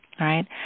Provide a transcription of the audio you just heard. right